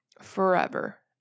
forever